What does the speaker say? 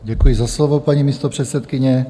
Děkuji za slovo, paní místopředsedkyně.